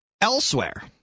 Elsewhere